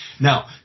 Now